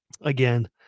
again